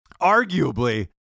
arguably